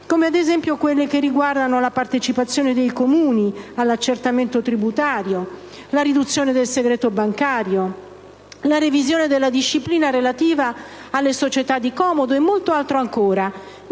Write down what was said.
come - ad esempio - quelle che riguardano la partecipazione dei Comuni all'accertamento tributario, la riduzione del segreto bancario, la revisione della disciplina relativa alle società di comodo e molto altro ancora.